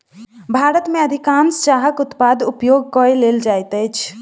भारत में अधिकाँश चाहक उत्पाद उपयोग कय लेल जाइत अछि